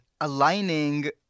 aligning